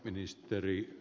puhemies